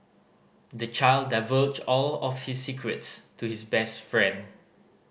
the child divulged all his secrets to his best friend